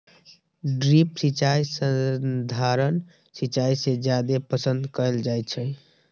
drip सिंचाई सधारण सिंचाई से जादे पसंद कएल जाई छई